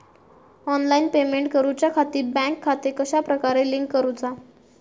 Online payment करुच्याखाती bank खाते कश्या प्रकारे लिंक करुचा?